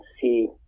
see